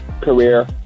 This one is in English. career